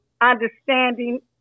understanding